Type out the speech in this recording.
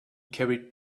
carried